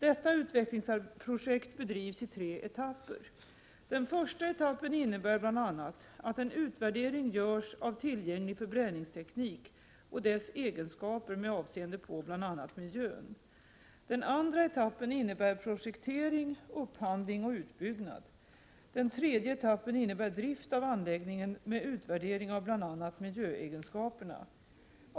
Detta utvecklingsprojekt bedrivs i tre etapper. Den första etappen innebär bl.a. att en utvärdering görs av tillgänglig förbränningsteknik och dess egenskaper med avseende på bl.a. miljön. Den andra etappen innebär projektering, upphandling och utbyggnad. Den tredje etappen innebär drift av anläggningen med utvärdering av bl.a. miljöegenskaperna.